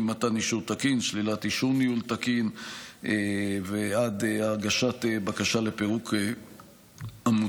משלילת אישור ניהול תקין ועד הגשת בקשה לפירוק עמותה.